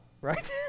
right